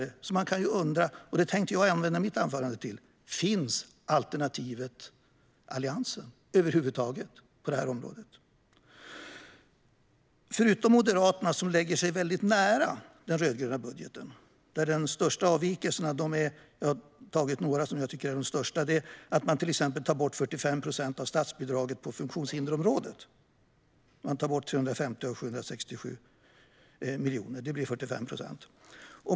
Jag tänkte använda mitt anförande till att resonera kring frågan: Finns alternativet Alliansen över huvud taget på det här området? Moderaterna lägger sig väldigt nära den rödgröna budgeten. De största avvikelserna är att man tar bort 45 procent av statsbidragen på funktionshindersområdet. Man tar bort 350 av 767 miljoner, det blir 45 procent.